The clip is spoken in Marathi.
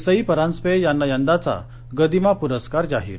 सई परांजपे यांना यंदाचा गदीमा परस्कार जाहीर